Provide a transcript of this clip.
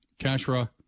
Kashra